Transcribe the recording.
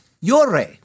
yore